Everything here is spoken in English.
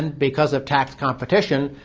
and because of tax competition,